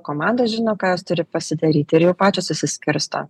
komandos žino ką jos turi pasidaryt ir jau pačios susiskirsto